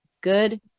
good